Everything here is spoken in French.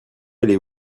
allez